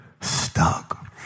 stuck